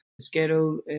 schedule